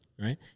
right